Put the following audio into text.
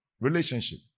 relationship